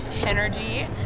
energy